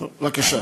טוב, בבקשה.